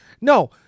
No